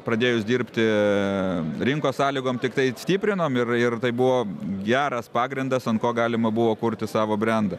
pradėjus dirbti rinkos sąlygom tiktai stiprinom ir ir tai buvo geras pagrindas ant ko galima buvo kurti savo brendą